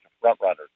front-runners